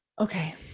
Okay